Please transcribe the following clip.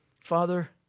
father